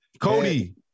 Cody